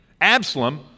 Absalom